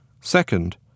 Second